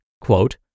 quote